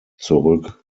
zurück